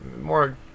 more